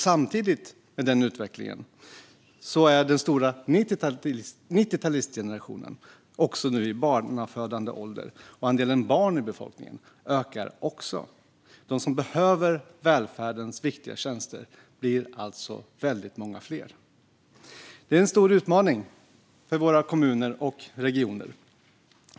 Samtidigt är den stora 90-talistgenerationen nu i barnafödande ålder, så andelen barn i befolkningen ökar också. De som behöver välfärdens viktiga tjänster blir alltså väldigt många fler. Detta är en stor utmaning för våra kommuner och regioner.